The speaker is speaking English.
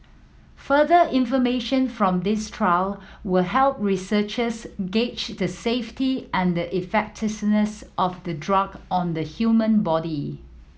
further information from this trial will help researchers gauge the safety and of the drug on the human body